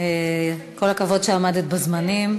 בול בזמן, כל הכבוד שעמדת בזמנים.